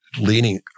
leaning